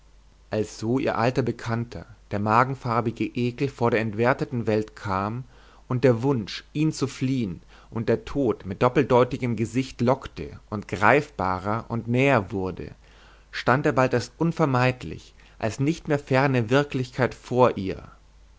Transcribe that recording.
als so ihr alter bekannter der magenfarbige ekel vor der entwerteten welt kam und der wunsch ihn zu fliehen und der tod mit doppeldeutigem gesicht lockte und greifbarer und näher wurde stand er bald als unvermeidlich als nicht mehr ferne wirklichkeit vor ihr